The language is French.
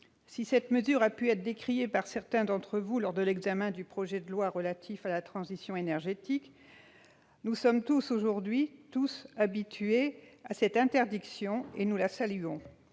Si cette mesure a pu être décriée par certains d'entre vous lors de l'examen du projet de loi relatif à la transition énergétique, nous nous sommes aujourd'hui tous habitués à cette interdiction et nous la saluons.